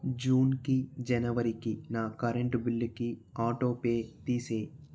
జూన్కి జనవరికి నా కరెంటు బిల్లుకి ఆటో పే తీసేయి